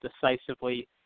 decisively